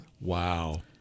Wow